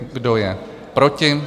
Kdo je proti?